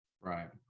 right